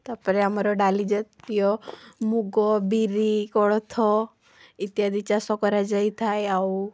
ତାପରେ ଆମର ଡାଲି ଜାତୀୟ ମୁଗ ବିରି କୋଳଥ ଇତ୍ୟାଦି ଚାଷ କରାଯାଇ ଥାଏ ଆଉ